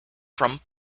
from